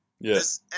yes